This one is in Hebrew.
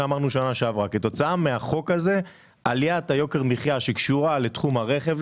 מהחוק הזה יש עליית יוקר המחייה שקשורה לתחום הרכב,